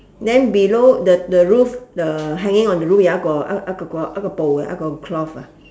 then below the the roof the hanging on the roof jau jat go ah ah go ah go ah go bou ya ah jat go cloth ah